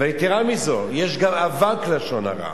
אבל יתירה מזו, יש גם אבק לשון הרע.